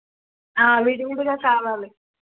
విడివిడిగా కావాలి